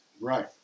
Right